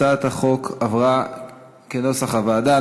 הצעת החוק עברה כנוסח הוועדה.